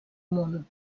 món